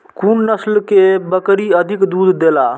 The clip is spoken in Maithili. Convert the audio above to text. कुन नस्ल के बकरी अधिक दूध देला?